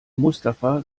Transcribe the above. mustafa